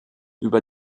über